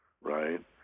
right